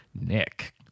Nick